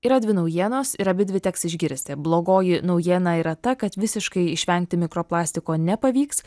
yra dvi naujienos ir abidvi teks išgirsti blogoji naujiena yra ta kad visiškai išvengti mikroplastiko nepavyks